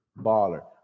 baller